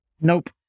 Nope